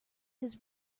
his